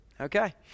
Okay